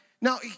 Now